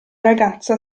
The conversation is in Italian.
ragazza